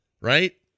Right